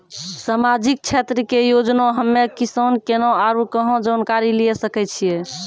समाजिक क्षेत्र के योजना हम्मे किसान केना आरू कहाँ जानकारी लिये सकय छियै?